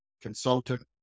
consultant